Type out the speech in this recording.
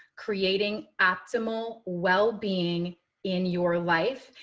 creating optimal wellbeing in your life.